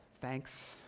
Thanks